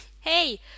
Hey